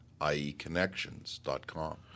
ieconnections.com